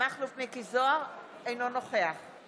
אזרח הסובל ממחלה קשה,